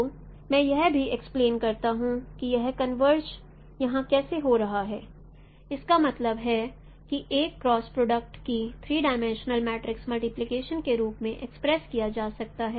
तो मैं यह भी एक्सप्लेन करता हूं कि यह कन्वर्जन यहां कैसे हो रहा है इसका मतलब है कि एक क्रॉस प्रोडक्ट को थ्री डायमेंशनल मैट्रिक्स मल्टीप्लिकेशन के रूप में एक्सप्रेस किया जा सकता है